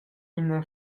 ina